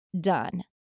done